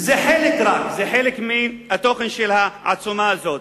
זה רק חלק מהתוכן של העצומה הזאת.